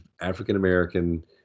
African-American